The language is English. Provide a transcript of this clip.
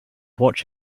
watch